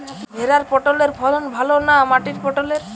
ভেরার পটলের ফলন ভালো না মাটির পটলের?